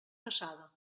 passada